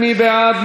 מי בעד?